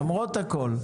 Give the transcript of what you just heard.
למרות הכול.